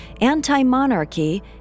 anti-monarchy